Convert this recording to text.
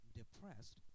depressed